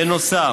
בנוסף,